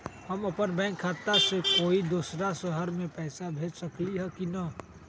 हम अपन बैंक खाता से कोई दोसर शहर में पैसा भेज सकली ह की न?